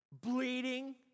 bleeding